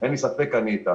אין לי ספק, אני איתם.